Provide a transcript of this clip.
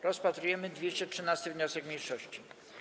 Rozpatrujemy 213. wniosek mniejszości.